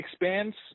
expands